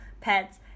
pets